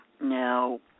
Now